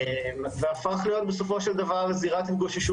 והפך להיות בסופו של דבר לזירת התגוששות